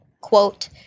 quote